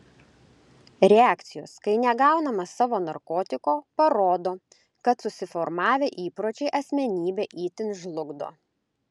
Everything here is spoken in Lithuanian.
reakcijos kai negaunama savo narkotiko parodo kad susiformavę įpročiai asmenybę itin žlugdo